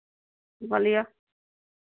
बोलियौ